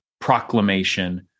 proclamation